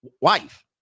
wife